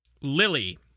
Lily